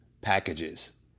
packages